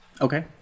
Okay